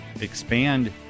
expand